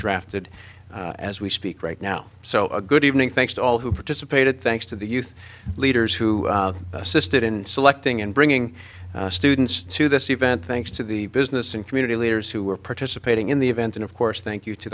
drafted as we speak right now so a good evening thanks to all who participated thanks to the youth leaders who assisted in selecting and bringing students to this event thanks to the business and community leaders who were participating in the event and of course thank you to